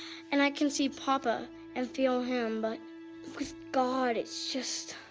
and i can see papa and feel him, but with god it's just.